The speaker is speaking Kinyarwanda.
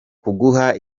kuguha